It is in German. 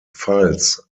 pfalz